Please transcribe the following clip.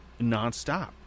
nonstop